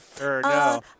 No